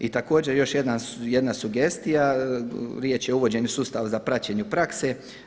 I također još jedna sugestija, riječ je o uvođenju sustava za praćenje prakse.